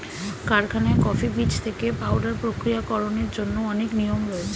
কারখানায় কফি বীজ থেকে পাউডার প্রক্রিয়াকরণের জন্য অনেক নিয়ম রয়েছে